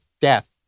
death